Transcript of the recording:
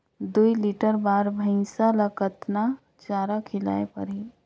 दुई लीटर बार भइंसिया ला कतना चारा खिलाय परही?